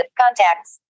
Contacts